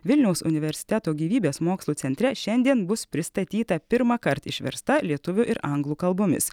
vilniaus universiteto gyvybės mokslų centre šiandien bus pristatyta pirmąkart išversta lietuvių ir anglų kalbomis